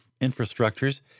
infrastructures